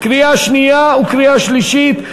קריאה שנייה וקריאה שלישית.